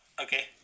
okay